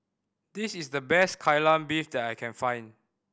this is the best Kai Lan Beef that I can find